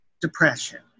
depression